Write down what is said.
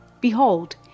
Behold